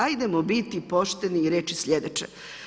Ajdemo biti pošteni i reći sljedeće.